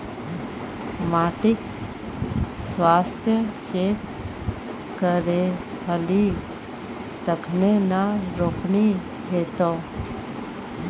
माटिक स्वास्थ्य चेक करेलही तखने न रोपनी हेतौ